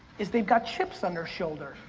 is they've got chips on their shoulder.